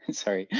and sorry.